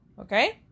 Okay